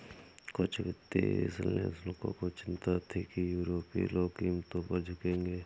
कुछ वित्तीय विश्लेषकों को चिंता थी कि यूरोपीय लोग कीमतों पर झुकेंगे